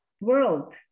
world